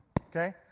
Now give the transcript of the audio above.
okay